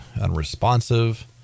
unresponsive